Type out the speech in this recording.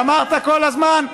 ואמרת כל הזמן,